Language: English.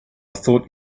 thought